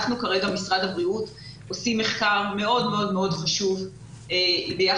משרד הבריאות כרגע עושה מחקר מאוד מאוד חשוב ביחד